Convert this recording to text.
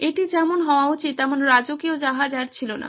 এটি যেমন হওয়া উচিত তেমন রাজকীয় জাহাজ ছিল না